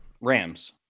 Rams